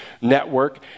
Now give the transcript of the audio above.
network